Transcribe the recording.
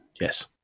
Yes